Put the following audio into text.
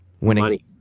Winning